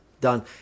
done